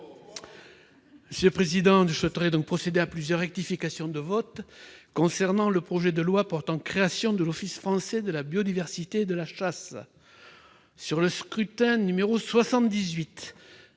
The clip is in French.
Monsieur le président, je souhaite procéder à plusieurs rectifications de votes sur le projet de loi portant création de l'Office français de la biodiversité et de la chasse, modifiant les